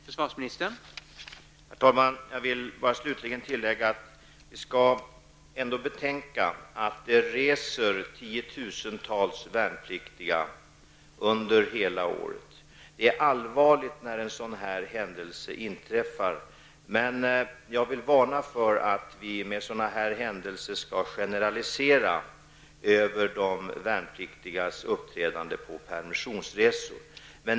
Herr talman! Jag vill bara till sist tillägga att vi ändå skall betänka att det under ett helt år är tiotusentals värnpliktiga som reser. Det är allvarligt när en sådan här händelse inträffar, men jag vill varna för att på grundval av sådana här företeelser generalisera över de värnpliktigas uppträdande på permissionsresor.